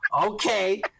okay